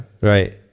right